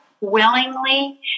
willingly